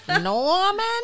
Norman